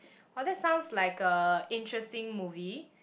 oh that sounds like a interesting movie